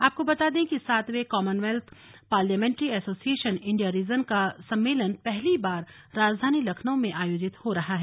आपको बता दें कि सातवें commonwealth parliamentary association India region का सम्मेलन पहली बार राजधानी लखनऊ में आयोजित हो रहा है